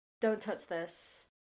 don't-touch-this